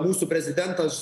mūsų prezidentas